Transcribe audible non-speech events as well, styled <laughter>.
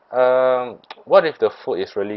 um <noise> what if the food is really